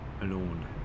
alone